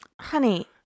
Honey